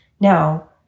now